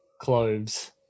cloves